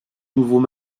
nouveaux